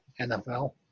NFL